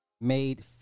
made